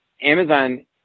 Amazon